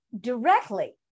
directly